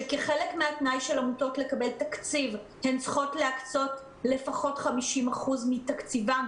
שכחלק מהתנאי של עמותות לקבל תקציב הן צריכות להקצות לפחות 50% מתקציבן,